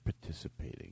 participating